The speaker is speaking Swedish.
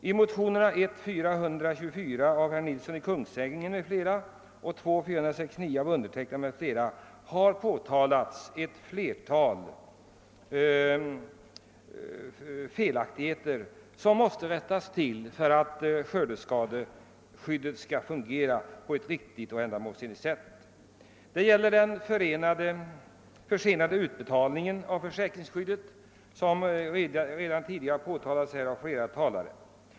I motionerna 1:424 av herr Ferdinand Nilsson m.fl. och 1I1:496, som väckts av mig och några andra kammarledamöter, påtalas ett flertal felaktigheter som måste rättas till för att skördeskadeskyddet skall fungera på ett riktigt och ändamålsenligt sätt. Det gäller den försenade utbetalningen av försäkringsskyddet, som redan tidigare påtalats av flera talare.